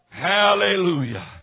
Hallelujah